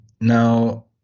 Now